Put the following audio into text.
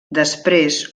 després